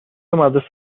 مدرسه